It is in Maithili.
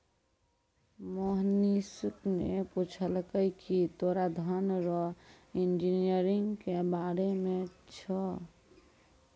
मोहनीश ने पूछलकै की तोरा धन रो इंजीनियरिंग के बारे मे छौं?